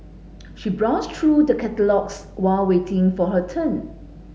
she browsed through the catalogues while waiting for her turn